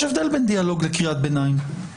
יש הבדל בין דיאלוג לקריאת ביניים.